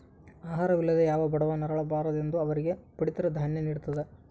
ಆಹಾರ ವಿಲ್ಲದೆ ಯಾವ ಬಡವ ನರಳ ಬಾರದೆಂದು ಅವರಿಗೆ ಪಡಿತರ ದಾನ್ಯ ನಿಡ್ತದ